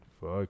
Fuck